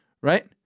right